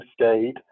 state